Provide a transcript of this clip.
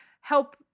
help